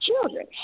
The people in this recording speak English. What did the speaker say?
children